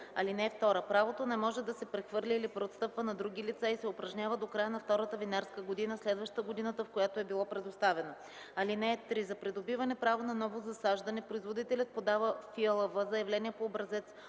(2) Правото не може да се прехвърля или преотстъпва на други лица и се упражнява до края на втората винарска година, следваща годината, в която е било предоставено. (3) За придобиване право на ново засаждане производителят подава в ИАЛВ заявление по образец,